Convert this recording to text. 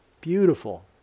Beautiful